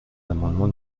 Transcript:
l’amendement